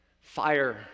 fire